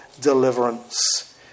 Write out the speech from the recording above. deliverance